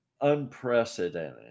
unprecedented